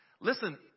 Listen